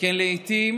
שכן לעיתים